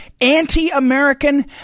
anti-American